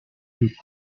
que